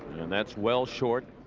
and that's well short.